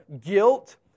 guilt